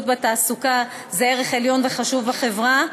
בתעסוקה זה ערך עליון וחשוב בחברה,